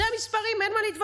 אלה המספרים, אין מה להתווכח.